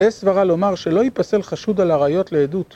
יש סברה לומר שלא ייפסל חשוד על עריות לעדות